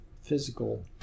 physical